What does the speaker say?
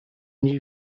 new